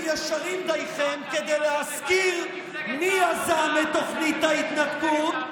ישרים דייכם להזכיר מי יזם את תוכנית ההתנתקות,